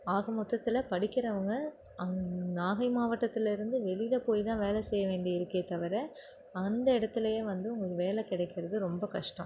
ஆக மொத்தத்தில் படிக்கிறவங்க அங்க நாகை மாவட்டத்தில் இருந்து வெளியில போய் தான் வேலை செய்ய வேண்டியது இருக்கே தவிர அந்த இடத்துலையே வந்து உங்களுக்கு வேலை கிடைக்கிறது ரொம்ப கஷ்டம்